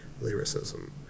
lyricism